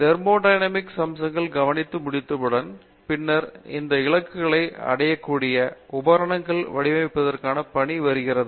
thermodynamics அம்சங்கள் கவனித்து முடித்தவுடன் பின்னர் அந்த இலக்குகளை அடையக்கூடிய உபகரணங்களை வடிவமைப்பதற்கான பணி வருகிறது